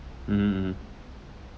mm